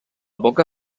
boca